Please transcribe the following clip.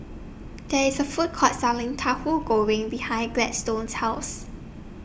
There IS A Food Court Selling Tahu Goreng behind Gladstone's House